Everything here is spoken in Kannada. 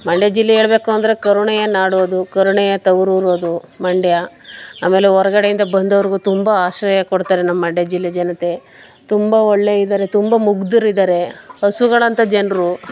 ಮಂಡ್ಯ ಜಿಲ್ಲೆ ಹೇಳ್ಬೇಕು ಅಂದರೆ ಕರುಣೆಯ ನಾಡು ಅದು ಕರುಣೆಯ ತವರೂರು ಅದು ಮಂಡ್ಯ ಆಮೇಲೆ ಹೊರಗಡೆಯಿಂದ ಬಂದವರಿಗೂ ತುಂಬ ಆಶ್ರಯ ಕೊಡ್ತಾರೆ ನಮ್ಮ ಮಂಡ್ಯ ಜಿಲ್ಲೆ ಜನತೆ ತುಂಬ ಒಳ್ಳೆ ಇದ್ದಾರೆ ತುಂಬ ಮುಗ್ದರು ಇದ್ದಾರೆ ಹಸುಗಳಂಥ ಜನರು